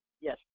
Yes